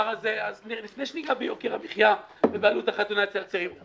לפני שניגע ביוקר המחיה ובעלות החתונה אצל הצעירים,